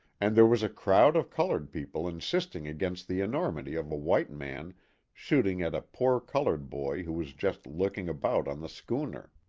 and there was a crowd of colored people insisting against the enormity of a white man shooting at a poor colored boy who was just looking about on the schooner.